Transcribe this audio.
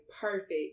perfect